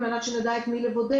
כדי שנדע את מי לבודד,